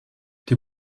die